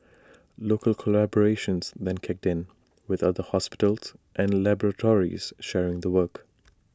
local collaborations then kicked in with other hospitals and laboratories sharing the work